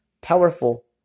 powerful